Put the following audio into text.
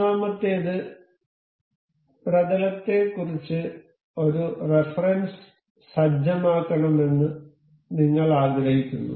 ഒന്നാമത്തേത് പ്രതലത്തെക്കുറിച്ച് ഒരു റഫറൻസ് സജ്ജമാക്കണമെന്ന് നിങ്ങൾ ആഗ്രഹിക്കുന്നു